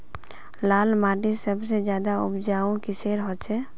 लाल माटित सबसे ज्यादा उपजाऊ किसेर होचए?